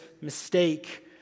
mistake